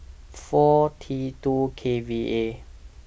four T two K V A